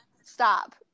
stop